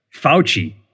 Fauci